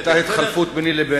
היתה התחלפות ביני לבין ג'ומס.